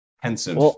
Pensive